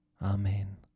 Amen